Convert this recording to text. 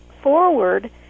forward